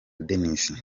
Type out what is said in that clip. dennis